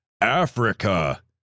Africa